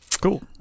Cool